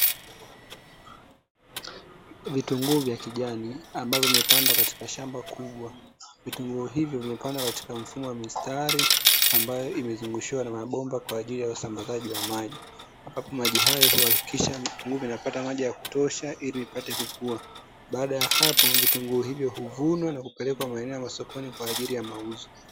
Vitunguu vya kijani ambayo vimepandwa katika shamba kubwa, vitunguu hivyo vimepandwa kwa mfumo wa mistari ambayo imezungushiwa na mabomba kwa ajili ya usambazaji wa maji. Ambapo maji hayo huhakikisha mimea inapata maji ya kutosha ili ipate kukua. Baada ya hapo vitunguu hivyo huvunwa na kupelekwa maeneo ya masokoni kwa ajli ya mauzo.